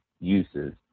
uses